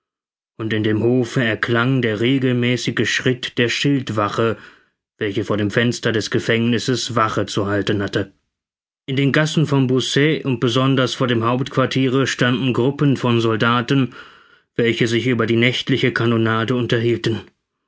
und in dem hofe erklang der regelmäßige schritt der schildwache welche vor dem fenster des gefängnisses wache zu halten hatte in den gassen von beausset und besonders vor dem hauptquartiere standen gruppen von soldaten welche sich über die nächtliche kanonade unterhielten